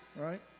Right